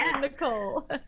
Nicole